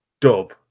Dub